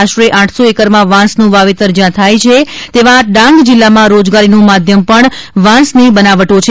આશરે આઠસો એકરમાં વાંસનું વાવેતર જ્યાં થાય છે તેવા ડાંગ જિલ્લામાં રોજગારીનું માધ્યમ પણ વાંસની બનાવટો છે